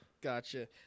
Gotcha